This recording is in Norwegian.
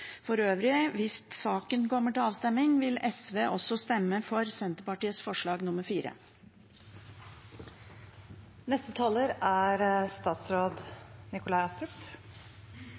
For øvrig: Hvis saken kommer til avstemning, vil SV også stemme for Senterpartiets forslag